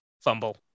Fumble